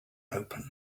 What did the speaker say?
open